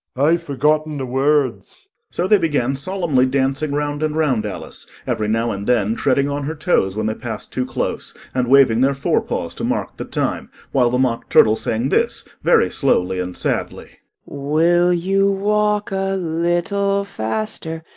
i've forgotten the words so they began solemnly dancing round and round alice, every now and then treading on her toes when they passed too close, and waving their forepaws to mark the time, while the mock turtle sang this, very slowly and sadly will you walk a little faster?